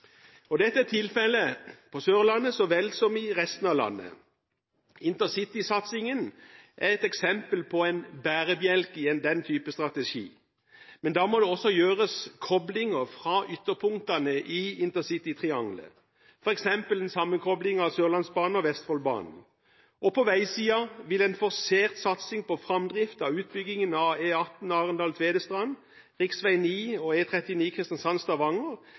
arbeidsmarked. Dette er tilfellet på Sørlandet så vel som i resten av landet. Intercitysatsingen er et eksempel på en bærebjelke i den type strategi, men da må det også gjøres koblinger fra ytterpunktene i intercitytriangelet, f.eks. en sammenkobling av Sørlandsbanen og Vestfoldbanen. På veisiden vil en forsert satsing på framdrift av utbyggingen av E18 Arendal–Tvedestrand, rv 9 og